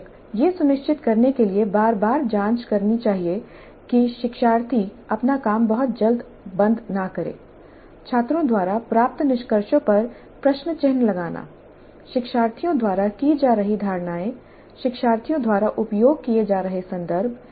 शिक्षक यह सुनिश्चित करने के लिए बार बार जांच करनी चाहिए कि शिक्षार्थी अपना काम बहुत जल्दी बंद न करें छात्रों द्वारा प्राप्त निष्कर्षों पर प्रश्नचिह्न लगाना शिक्षार्थियों द्वारा की जा रही धारणाएँ शिक्षार्थियों द्वारा उपयोग किए जा रहे संदर्भ